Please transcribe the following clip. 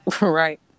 right